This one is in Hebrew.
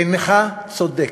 אינך צודק.